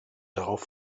darauf